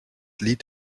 lied